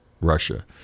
Russia